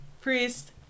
priest